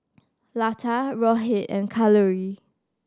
Lata Rohit and Kalluri